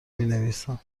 مینویسم